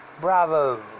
Bravo